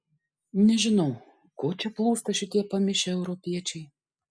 nežinau ko čia plūsta šitie pamišę europiečiai